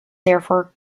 therefore